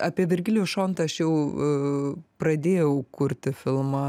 apie virgilijų šontą aš jau pradėjau kurti filmą